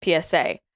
PSA